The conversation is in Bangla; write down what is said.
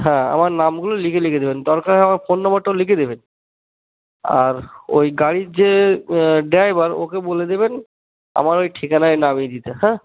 হ্যাঁ আমার নামগুলো লিখে লিখে দেবেন দরকার আমার ফোন নাম্বারটাও লিখে দেবেন আর ওই গাড়ির যে ড্রাইভার ওকে বলে দেবেন আমার ওই ঠিকানায় নামিয়ে দিতে হ্যাঁ